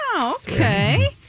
okay